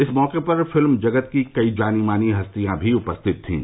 इस मौके पर फिल्म जगत की कई जानी मानी हस्तियां भी उपस्थित थीं